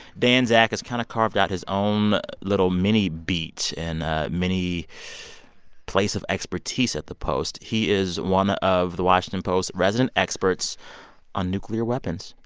dan zak has kind of carved out his own little minibeat and mini place of expertise at the post. he is one of the washington post's resident experts on nuclear weapons.